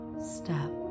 step